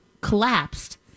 collapsed